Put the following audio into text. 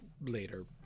later